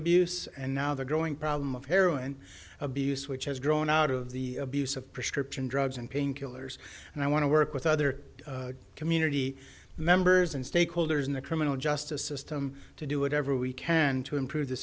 abuse and now the growing problem of heroin abuse which has grown out of the abuse of prescription drugs and painkillers and i want to work with other community members and stakeholders in the criminal justice system to do whatever we can to improve the